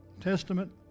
testament